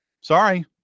Sorry